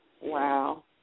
Wow